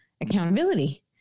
accountability